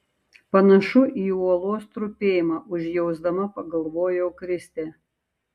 panašu į uolos trupėjimą užjausdama pagalvojo kristė